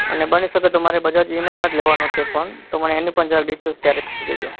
અને બની શકે તો મારે બજાજ ઈ એમ આઈમાં જ લેવાનો છે પણ તો તમે એની પણ ડીટેઈલ્સ શેર કરી દેજો